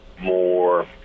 more